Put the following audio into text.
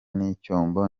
n’icyombo